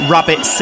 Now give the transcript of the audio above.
Rabbit